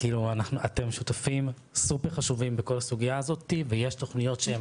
אתם שותפים סופר חשובים בכל הסוגייה הזאתי ויש תוכניות שהן